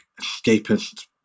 escapist